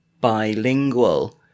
bilingual